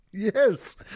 Yes